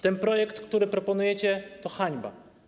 Ten projekt, który proponujecie, to hańba.